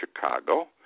chicago